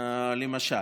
למשל.